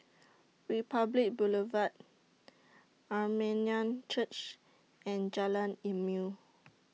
Republic Boulevard Armenian Church and Jalan Ilmu